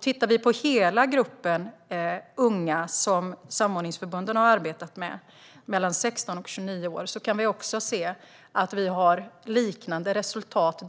Tittar vi på hela gruppen unga mellan 16 och 29 år som samordningsförbunden har arbetat med kan vi se att vi ett liknande resultat: